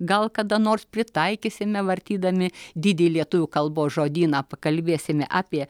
gal kada nors pritaikysime vartydami didį lietuvių kalbos žodyną pakalbėsime apie